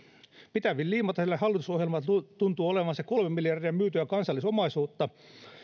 pitävin liima tälle hallitusohjelmalle tuntuu olevan kolme miljardia myytyä kansallisomaisuutta